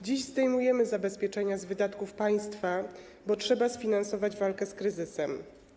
Dziś zdejmujemy zabezpieczenia z wydatków państwa, bo trzeba sfinansować walkę z kryzysem.